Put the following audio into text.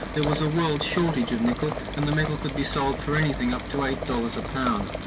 there was a world shortage of nickel and the metal could be sold for anything up to eight dollars a pound.